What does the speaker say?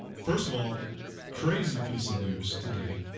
first of all crazy piece of news today.